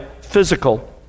physical